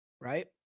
Right